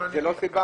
זה לא סיבה?